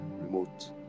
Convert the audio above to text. remote